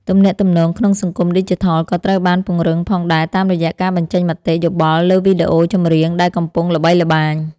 ទំនាក់ទំនងក្នុងសង្គមឌីជីថលក៏ត្រូវបានពង្រឹងផងដែរតាមរយៈការបញ្ចេញមតិយោបល់លើវីដេអូចម្រៀងដែលកំពុងល្បីល្បាញ។